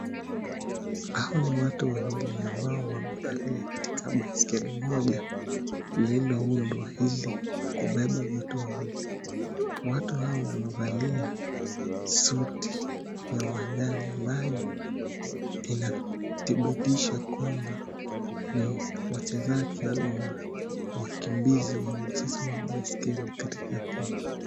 Hao ni watu wawili ambao wamekalia katika baiskeli moja lililoundwa ili kubeba watu wawili, watu hao wamevalia suti ya majani ambayo inathibitisha kwamba ni wachezaji ama wakimbizi wa mchezo wa baiskeli katika kenya.